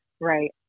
Right